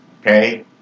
okay